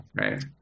Right